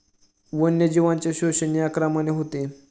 वन्यजीवांचे शोषण या क्रमाने होते